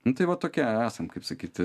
nu tai va tokie esam kaip sakyti